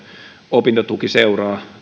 opintotuki seuraa